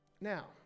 Now